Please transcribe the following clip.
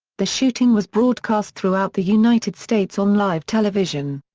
the shooting was broadcast throughout the united states on live television.